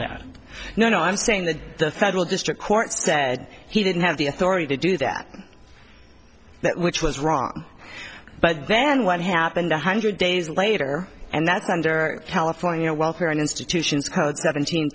that no no i'm saying that the federal district court said he didn't have the authority to do that that which was wrong but then what happened a hundred days later and that's under california welfare and institutions code seven